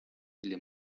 или